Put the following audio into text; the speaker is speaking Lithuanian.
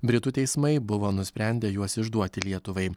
britų teismai buvo nusprendę juos išduoti lietuvai